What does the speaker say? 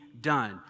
done